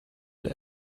left